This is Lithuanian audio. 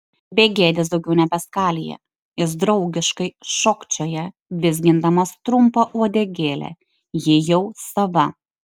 begėdis daugiau nebeskalija jis draugiškai šokčioja vizgindamas trumpą uodegėlę ji jau sava